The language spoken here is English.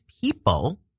people